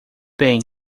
bem